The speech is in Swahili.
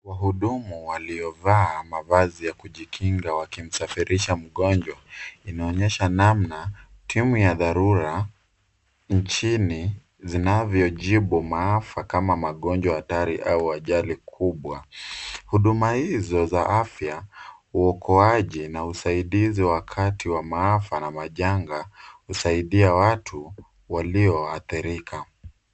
Wahudumu waliovaa mavazi ya kujikinga wakimsafirisha mgonjwa, inaonyesha namna timu ya dharura nchini zinavyojibu maafa kama magonjwa hatari au ajali kubwa. Huduma hizo za afya, uokoaji na usaidizi wa wakati wa maafa na majanga husaidia watu walioathirika.